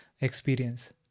experience